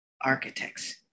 architects